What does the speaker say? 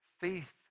faith